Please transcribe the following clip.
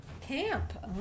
Camp